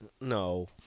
No